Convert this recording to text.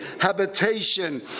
habitation